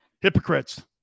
hypocrites